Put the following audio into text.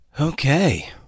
Okay